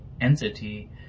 entity